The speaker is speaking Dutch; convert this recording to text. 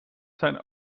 zijn